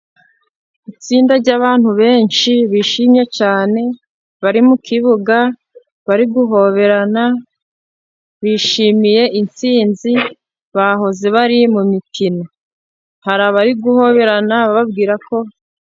Itsinda rya'bantu benshi bishimye cyane, bari mukibuga bari guhoberana bishimiye itsinzi, bahoze bari mu mikino hari abari guhoberana bababwira ko...